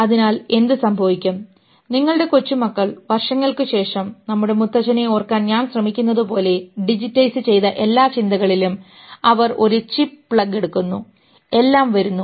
അതിനാൽ എന്ത് സംഭവിക്കും നിങ്ങളുടെ കൊച്ചുമക്കൾ വർഷങ്ങൾക്കുശേഷം നമ്മളുടെ മുത്തച്ഛനെ ഓർക്കാൻ ഞാൻ ആഗ്രഹിക്കുന്നതുപോലെ ഡിജിറ്റൈസ് ചെയ്ത എല്ലാ ചിന്തകളിലും അവർ ഒരു ചിപ്പ് പ്ലഗ് എടുക്കുന്നു എല്ലാം വരുന്നു